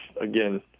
again